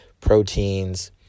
proteins